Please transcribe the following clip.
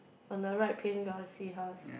on the right paint got the seahorse